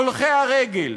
הולכי הרגל,